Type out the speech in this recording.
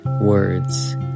words